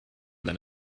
than